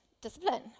discipline